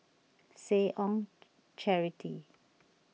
Seh Ong Charity